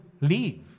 leave